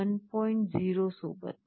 0 सोबत